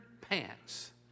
pants